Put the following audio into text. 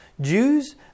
Jews